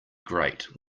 grate